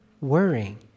worrying